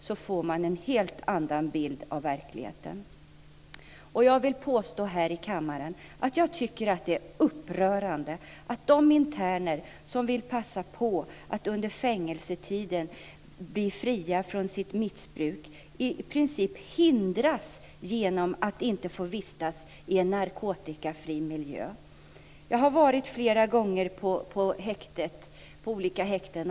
Då får man en helt annan bild av verkligheten. Jag vill påstå här i kammaren att det är upprörande att de interner som under fängelsetiden vill passa på att bli fria från sitt missbruk i princip hindras genom att de inte får vistas i en narkotikafri miljö. Jag har flera gånger varit på olika häkten.